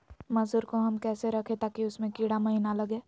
मसूर को हम कैसे रखे ताकि उसमे कीड़ा महिना लगे?